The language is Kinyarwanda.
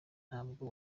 ntabwo